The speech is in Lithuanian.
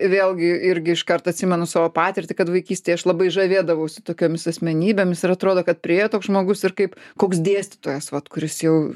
vėlgi irgi iškart atsimenu savo patirtį kad vaikystėje aš labai žavėdavausi tokiomis asmenybėmis ir atrodo kad priėjo toks žmogus ir kaip koks dėstytojas vat kuris jau